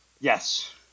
Yes